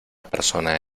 persona